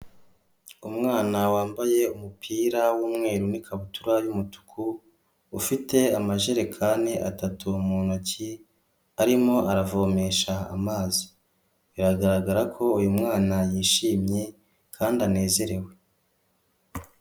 Umwana wambaye umupira w'umweru n'ikabutura y'umutuku, ufite amajerekani atatu mu ntoki arimo aravomesha amazi. Biragaragara ko uyu mwana yishimye kandi anezerewe.